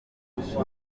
ubwonko